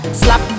slap